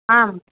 आम्